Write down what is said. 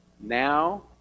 now